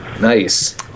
Nice